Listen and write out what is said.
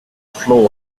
flow